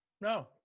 No